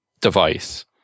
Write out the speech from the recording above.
device